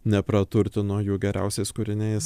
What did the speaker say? nepraturtino jų geriausiais kūriniais